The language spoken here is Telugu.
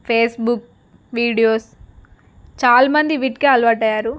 ఫేస్బుక్ వీడియోస్ చాలా మంది వీటికే అలవాటయ్యారు